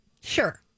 Sure